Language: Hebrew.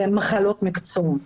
מחלות מקצוע.